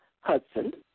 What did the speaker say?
Hudson